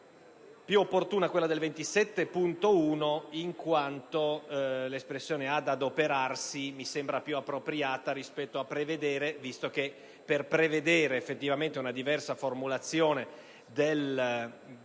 più opportuna quella del G27.1, in quanto l'espressione «ad adoperarsi» mi sembra più appropriata rispetto a «prevedere», visto che per prevedere effettivamente una diversa composizione di questo